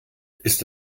ist